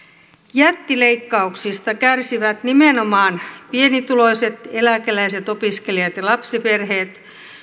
jättileikkauksista kärsivät nimenomaan pienituloiset eläkeläiset opiskelijat ja lapsiperheet